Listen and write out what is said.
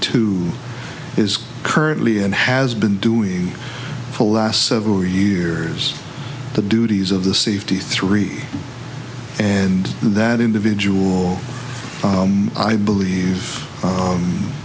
too is currently and has been doing the last several years the duties of the safety three and that individual i believe